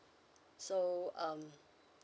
so um